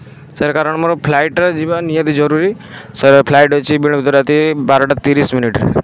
sir କାରଣ ମୋର ଫ୍ଲାଇଟ୍ରେ ଯିବା ନିହାତି ଜରୁରୀ ସାର୍ ଫ୍ଲାଇଟ୍ ଅଛି ବିଳମ୍ବିତ ରାତି ବାରଟା ତିରିଶି ମିନିଟ୍ରେ